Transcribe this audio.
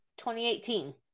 2018